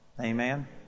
Amen